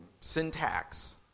syntax